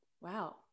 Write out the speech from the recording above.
Wow